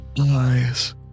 eyes